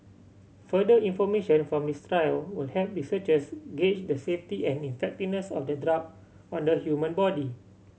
further information from this trial will help researchers gauge the safety and effectiveness of the drug on the human body